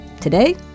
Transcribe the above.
Today